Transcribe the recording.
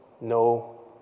no